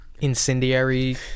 incendiary